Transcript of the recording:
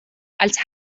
als